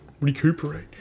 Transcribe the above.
recuperate